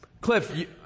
Cliff